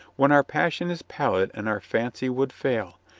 when our passion is pallid and our fancy would fail,